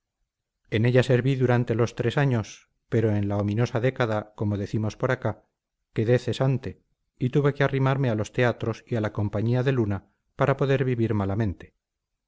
en ella serví durante los tres años pero en la ominosa década como decimos por acá quedé cesante y tuve que arrimarme a los teatros y a la compañía de luna para poder vivir malamente